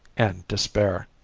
and despair.